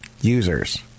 users